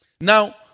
Now